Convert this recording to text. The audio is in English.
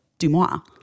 Dumois